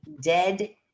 dead